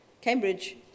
Cambridge